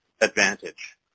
advantage